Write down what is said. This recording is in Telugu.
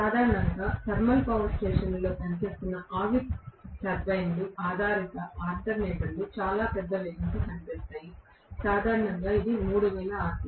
సాధారణంగా థర్మల్ పవర్ స్టేషన్లలో పనిచేస్తున్న ఆవిరి టర్బైన్ ఆధారిత ఆల్టర్నేటర్లు చాలా పెద్ద వేగంతో పనిచేస్తాయి సాధారణంగా ఇది 3000 rpm